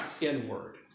inward